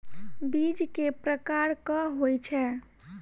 बीज केँ प्रकार कऽ होइ छै?